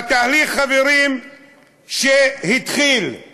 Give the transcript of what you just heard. והתהליך, חברים, שהתחיל הוא